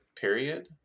period